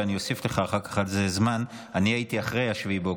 ואני אוסיף לך אחר כך על זה זמן.